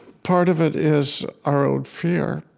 part of it is our own fear.